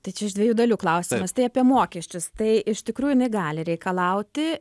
tai čia iš dviejų dalių klausimas tai apie mokesčius tai iš tikrųjų jinai gali reikalauti